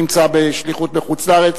נמצא בשליחות בחוץ-לארץ.